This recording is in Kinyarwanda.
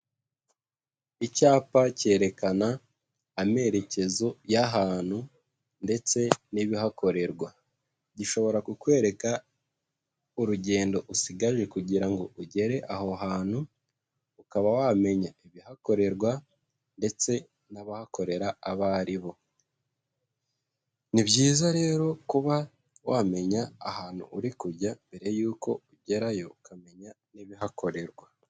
Icyapa cyerekana amerekezo y'ahantu ndetse n'ibihakorerwa, gishobora kukwereka urugendo usigaje kugira ngo ugere aho hantu, ukaba wamenya ibihakorerwa ndetse n'abahakorera abo aribo. Ni byiza rero kuba wamenya ahantu uri kujya mbere yuko ugerayo ukamenya n'ibihakorerwa.